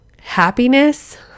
Happiness